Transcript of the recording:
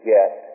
get